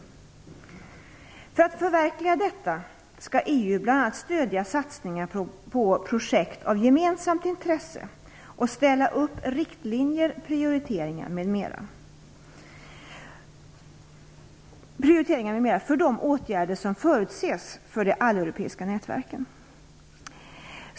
För att förverkliga detta skall EU bl.a. stödja satsningar på projekt av gemensamt intresse och ställa upp riktlinjer, prioriteringar m.m. för de åtgärder som förutses för de alleuropeiska nätverken.